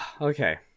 okay